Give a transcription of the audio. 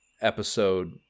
episode